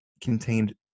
contained